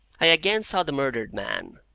i again saw the murdered man.